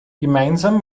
gemeinsam